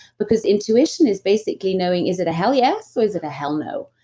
because intuition is basically knowing, is it a hell yes or is it a hell no?